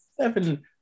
seven